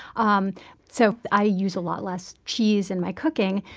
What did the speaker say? um so i use a lot less cheese in my cooking.